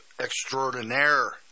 extraordinaire